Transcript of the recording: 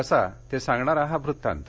कसा ते सांगणारा हा वृत्तांत